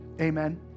Amen